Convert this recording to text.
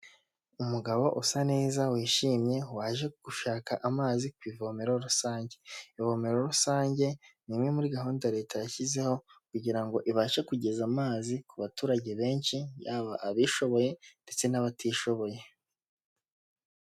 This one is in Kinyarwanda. Umugabo usa neza wishimye, waje gushaka amazi ku ivomero rusange. Ivomero rusange ni imwe muri gahunda leta yashyizeho, kugira ngo ibashe kugeza amazi ku baturage benshi, yaba abishoboye ndetse n'abatishoboye.